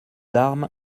armes